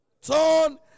turn